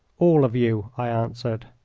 all of you, i answered.